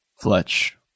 Fletch